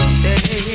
say